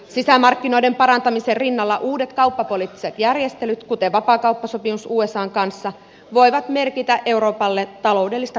sisämarkkinoiden parantamisen rinnalla uudet kauppapoliittiset järjestelyt kuten vapaakauppasopimus usan kanssa voivat merkitä euroopalle taloudellista piristysruisketta